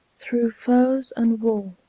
through furs and wool,